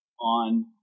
on